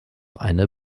eine